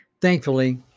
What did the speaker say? Thankfully